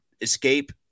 escape